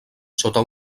sota